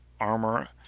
armor